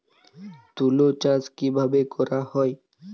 তুলো চাষ কিভাবে করা হয়?